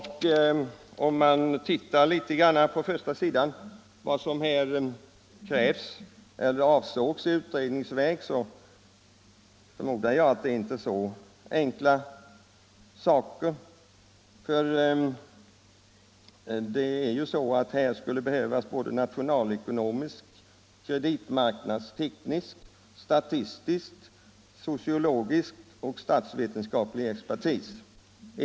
Om vi på betänkandets första sida läser några rader så finner vi att det heller inte rör sig om så enkla saker. Man vill ha en utredning som förenar nationalekonomisk, kreditmarknadsteknisk, statistisk, sociologisk och statsvetenskaplig expertis.